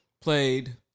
played